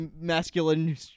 Masculine